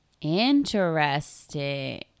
Interesting